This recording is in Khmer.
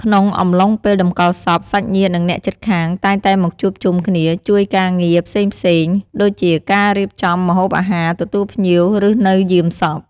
ក្នុងអំឡុងពេលតម្កល់សព សាច់ញាតិ និងអ្នកជិតខាងតែងតែមកជួបជុំគ្នា ជួយការងារ ផ្សេងៗ ដូចជាការរៀបចំម្ហូបអាហារ ទទួលភ្ញៀវ ឬនៅយាមសព។